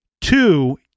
Two